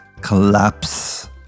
collapse